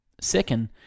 Second